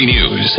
News